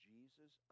Jesus